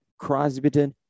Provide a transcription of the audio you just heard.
Crosbyton